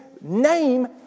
name